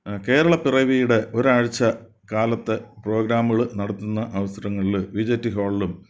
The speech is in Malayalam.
കേരളപ്പിറവിയുടെ ഒരാഴ്ച്ചക്കാലത്ത് പ്രോഗ്രാമുകൾ നടത്തുന്ന അവസരങ്ങളിൽ വീ ജേ ടി ഹോളിലും